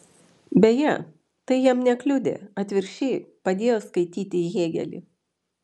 beje tai jam nekliudė atvirkščiai padėjo skaityti hėgelį